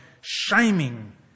shaming